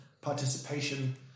Participation